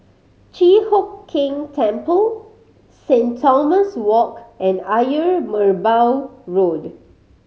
Chi Hock Keng Temple Saint Thomas Walk and Ayer Merbau Road